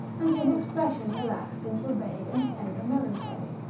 and his expression relaxed into a vague and tender melancholy.